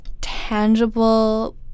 tangible